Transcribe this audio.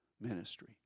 ministry